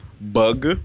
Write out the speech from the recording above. bug